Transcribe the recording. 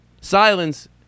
silence